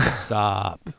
Stop